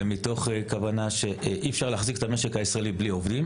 ומתוך כוונה שאי אפשר להחזיק את המשק הישראלי בלי עובדים,